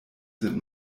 sind